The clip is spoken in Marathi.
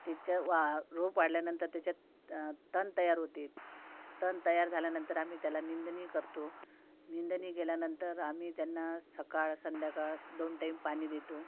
तिच्या वा रोप वाढल्यानंतर त्याच्यात तण तयार होते तण तयार झाल्यानंतर आम्ही त्याला निंदनी करतो निंदनी केल्यानंतर आम्ही त्यांना सकाळ संध्याकाळ दोन टाइम पाणी देतो